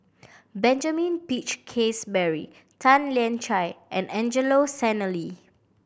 Benjamin Peach Keasberry Tan Lian Chye and Angelo Sanelli